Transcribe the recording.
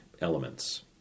elements